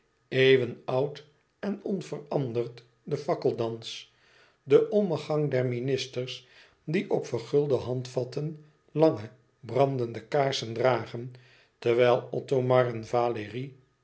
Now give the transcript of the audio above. eeuwenoud en onveranderd de fakkeldans de ommegang der ministers die op vergulden handvatten lange brandende kaarsen dragen terwijl